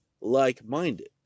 like-minded